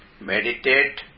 Meditate